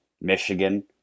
Michigan